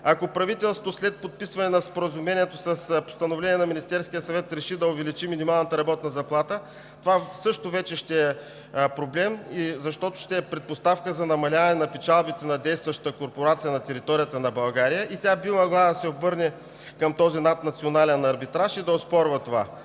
Ако правителството след подписване на Споразумението с постановление на Министерския съвет реши да увеличи минималната работна заплата, това също вече ще е проблем, защото ще е предпоставка за намаляване на печалбите на действащата корпорация на територията на България и тя би могла да се обърне към този наднационален арбитраж и да оспорва това.